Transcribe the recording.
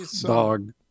dog